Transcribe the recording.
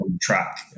track